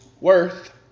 worth